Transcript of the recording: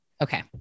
Okay